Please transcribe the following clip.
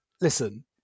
listen